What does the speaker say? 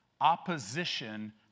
opposition